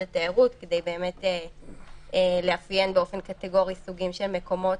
התיירות כדי לאפיין באופן קטגורי סוגים של מקומות